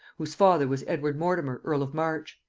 whose father was edward mortimer earl of march.